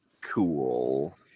cool